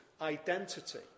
Identity